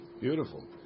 Beautiful